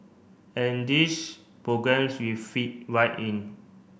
and these programmes we fit right in